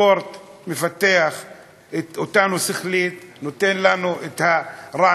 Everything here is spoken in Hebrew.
ספורט מפתח אותנו שכלית, נותן לנו רעננות,